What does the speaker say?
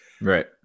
Right